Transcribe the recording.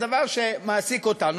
הדבר שמעסיק אותנו,